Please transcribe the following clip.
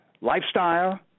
lifestyle